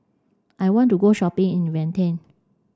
I want to go shopping in Vientiane